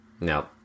No